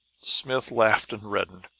smith laughed and reddened.